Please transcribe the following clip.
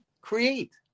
create